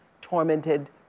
tormented